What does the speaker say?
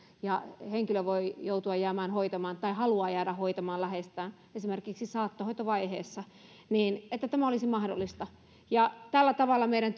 ja henkilö voi joutua jäämään tai haluaa jäädä hoitamaan läheistään esimerkiksi saattohoitovaiheessa tämä olisi mahdollista tällä tavalla meidän